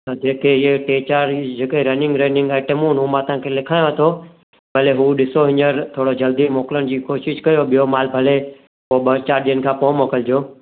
त जेके इहे टे चार जेके रनिंग रनिंग आइटमूं आहिनि उहे मां तव्हां खे लिखायांव थो भले हू ॾिसो हींअर थोरो जल्दी मोकिलण जी कोशिशि कयो ॿियो मालु भले पोइ ॿ चार ॾींहनि खां पोइ मोकिलिजो